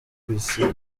gapusi